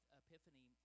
epiphany